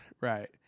Right